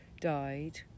died